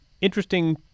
interesting